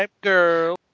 girl